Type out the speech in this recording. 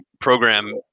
program